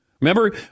Remember